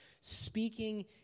speaking